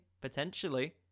potentially